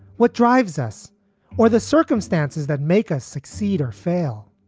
what drives us or the circumstances that make us succeed or fail.